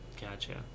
Gotcha